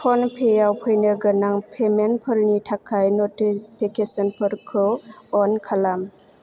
फनपेआव फैनोगोनां पेमेन्टफोरनि थाखाय नटिफिकेसनफोरखौ अन खालाम